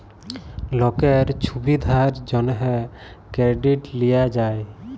লকের ছুবিধার জ্যনহে কেরডিট লিয়া যায়